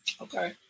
Okay